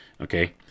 Okay